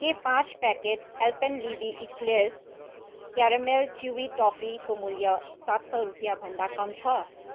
के पाँच packet Alpenliebe eclairs caramel chewy टफीको मूल्य सात सय रुपियाँ भन्दा कम छ